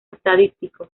estadístico